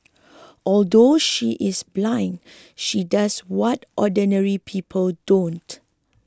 although she is blind she does what ordinary people don't